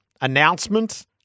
announcement